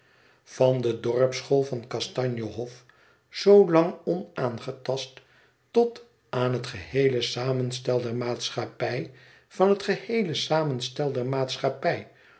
van de dorpsschool van kastanje hof zoolang onaangetast tot aan het geheele samenstel der maatschappij van het geheele samenstel der maatschappij